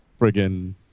friggin